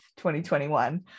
2021